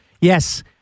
Yes